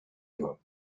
ago